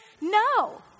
No